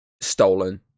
stolen